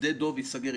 שדה דב ייסגר.